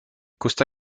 costa